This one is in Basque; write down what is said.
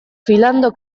philando